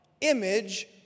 image